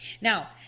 now